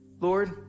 Lord